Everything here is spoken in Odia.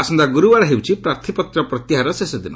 ଆସନ୍ତା ଗୁରୁବାର ହେଉଛି ପ୍ରାର୍ଥୀପତ୍ର ପ୍ରତ୍ୟାହାରର ଶେଷଦିନ